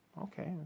okay